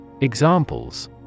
Examples